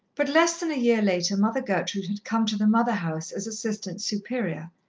but less than a year later mother gertrude had come to the mother-house as assistant superior,